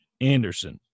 Anderson